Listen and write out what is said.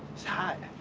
it's hot.